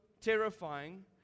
terrifying